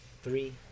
three